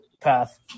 path